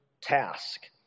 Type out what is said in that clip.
task